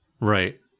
Right